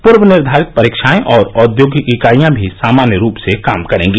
पूर्व निर्धारित परीक्षाए और औद्योगिक ईकाइयां भी सामान्य रूप से काम करेंगी